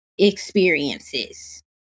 experiences